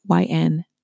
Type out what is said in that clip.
YN